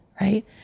right